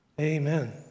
Amen